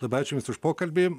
labai ačiū jums už pokalbį